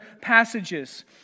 passages